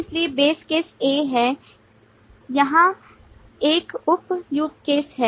इसलिए base case A है यहा एक उप use case है